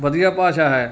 ਵਧੀਆ ਭਾਸ਼ਾ ਹੈ